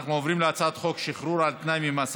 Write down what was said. אנחנו עוברים להצעת חוק שחרור על תנאי ממאסר